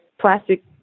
plastic